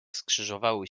skrzyżowały